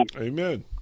Amen